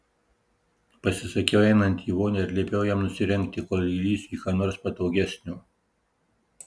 pasisakiau einanti į vonią ir liepiau jam nusirengti kol įlįsiu į ką nors patogesnio